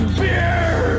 beer